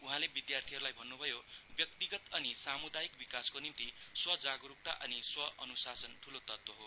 उहाँले विद्यार्थीहरूलाई भन्नुभयो व्यक्तिगत अनि सामुदायिक विकासको निम्ति स्व जागरूकता अनि स्व अनुसाशन ठूलो तत्व हो